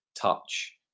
touch